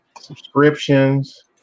Subscriptions